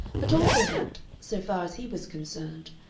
but also that, so far as he was concerned,